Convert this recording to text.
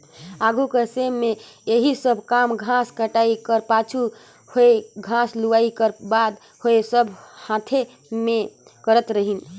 आघु कर समे में एही सब काम घांस कटई कर पाछू होए घांस लुवई कर बात होए सब हांथे में करत रहिन